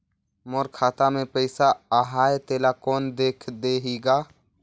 मोर खाता मे पइसा आहाय तेला कोन देख देही गा?